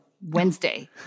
Wednesday